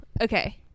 Okay